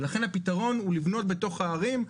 ולכן הפתרון הוא לבנות בתוך ההרים,